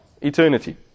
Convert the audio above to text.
eternity